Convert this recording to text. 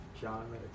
John